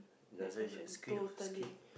that question totally